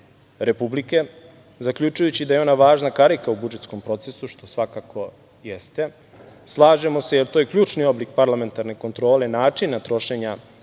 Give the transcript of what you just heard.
republike, zaključujući da je ona važna karika u budžetskom procesu, što svakako jeste. Slažemo se, jer to je ključni oblik parlamentarne kontrole i načina trošenja